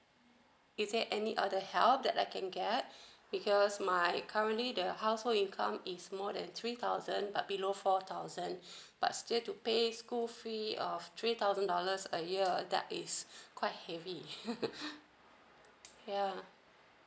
is there any other help that I can get because my currently the household income is more than three thousand but below four thousand but still to pay school fee of three thousand dollars a year that is quite heavy yeah